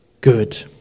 good